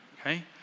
okay